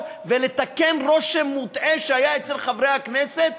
ולתקן רושם מוטעה שהיה אצל חברי הכנסת,